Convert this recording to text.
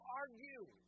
argue